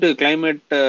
climate